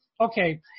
okay